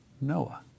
Noah